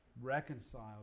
reconciled